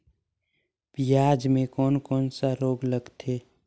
पियाज मे कोन कोन सा रोग लगथे?